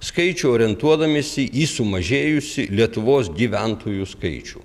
skaičių orientuodamiesi į sumažėjusį lietuvos gyventojų skaičių